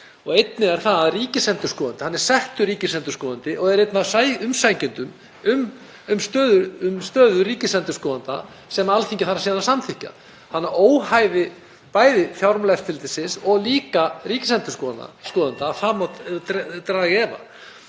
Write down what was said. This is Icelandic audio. á. Einnig er það að ríkisendurskoðandi er settur ríkisendurskoðandi og er einn af umsækjendum um stöðu ríkisendurskoðanda sem Alþingi þarf síðan að samþykkja. Þannig að óhæði bæði Fjármálaeftirlitsins og líka ríkisendurskoðanda má draga í efa.